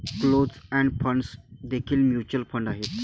closed end funds देखील mutual fund आहेत